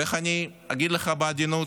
איך אני אגיע לך בעדינות?